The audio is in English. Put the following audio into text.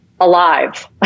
alive